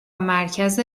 مرکز